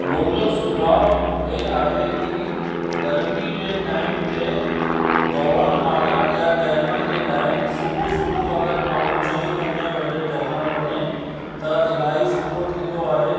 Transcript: मुंहिंजो सुझाव हे आहे कि गर्मी जे टाइम ते दौड़ण माल या टहिलण जे लाइ सुबुह सुबु्ह अगरि माण्हू चईं पंजे बजे टहिलणु वञे त इलाही सुठो थींदो आहे